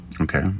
Okay